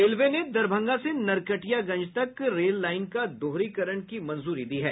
railway ने दरभंगा से नरकटियागंज तक रेल लाईन का दोहरीकरण की मंजूरी दी है